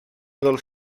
dels